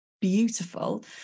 beautiful